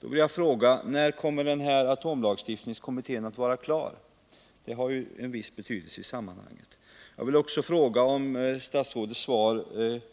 Jag vill i anslutning därtill fråga: När kommer atomlagstiftningskommittén att vara klar med sin utredning? Detta har ju en viss betydelse i sammanhanget. Jag vill också fråga om statsrådets svar innebär